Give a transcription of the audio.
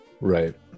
Right